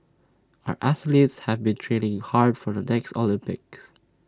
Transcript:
our athletes have been training hard for the next Olympics